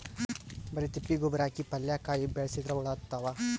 ಬರಿ ತಿಪ್ಪಿ ಗೊಬ್ಬರ ಹಾಕಿ ಪಲ್ಯಾಕಾಯಿ ಬೆಳಸಿದ್ರ ಹುಳ ಹತ್ತತಾವ?